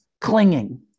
clinging